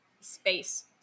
space